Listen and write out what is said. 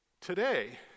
Today